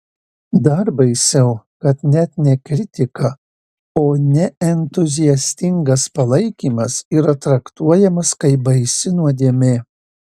dar baisiau kad net ne kritika o neentuziastingas palaikymas yra traktuojamas kaip baisi nuodėmė